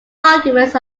arguments